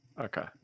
Okay